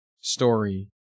story